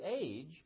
age